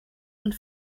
und